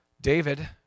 David